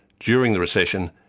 during the recession,